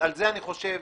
על זה אני חושב